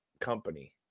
company